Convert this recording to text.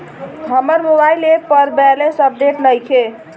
हमार mobile app पर balance update नइखे